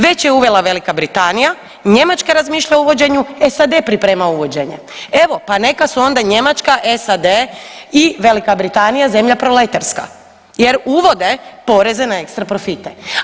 Već je uvela Velika Britanija, Njemačka razmišlja o uvođenju, SAD priprema uvođenje, evo pa neka su onda Njemačka, SAD i Velika Britanija zemlja proleterska jer uvode poreze na ekstra profite.